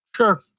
Sure